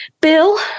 Bill